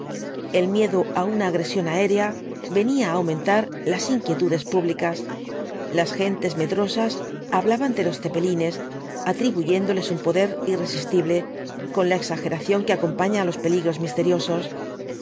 el miedo á una agresión aérea venía á aumentar las inquietudes públicas las gentes medrosas hablaban de los zeppelines atribuyéndoles un poder irresistible con la exageración que acompaña á los peligros misteriosos